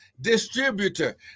distributor